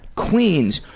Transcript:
queens.